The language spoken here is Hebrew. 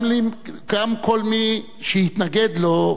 גם כל מי שהתנגד לו,